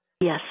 Yes